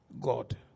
God